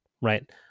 right